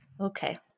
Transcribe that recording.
Okay